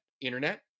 internet